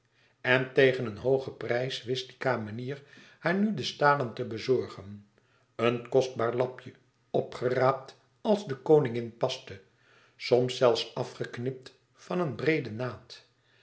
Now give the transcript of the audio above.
en tegen een hooge prijs wist die kamenier haar nu de stalen te bezorgen een kostbaar lapje opgeraapt als de koningin paste soms zelfs afgeknipt van een breeden naad